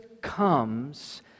comes